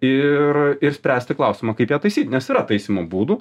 ir ir spręsti klausimą kaip ją taisyt nes yra taisymo būdų